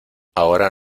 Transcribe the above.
ahora